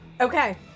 Okay